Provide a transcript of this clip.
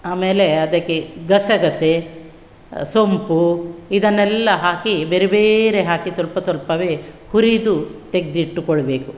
ಆಮೇಲೆ ಅದಕ್ಕೆ ಗಸಗಸೆ ಸೋಂಪು ಇದನ್ನೆಲ್ಲ ಹಾಕಿ ಬೇರೆ ಬೇರೆ ಹಾಕಿ ಸ್ವಲ್ಪ ಸ್ವಲ್ಪವೇ ಹುರಿದು ತೆಗೆದಿಟ್ಟುಕೊಳ್ಬೇಕು